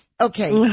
Okay